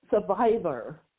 survivor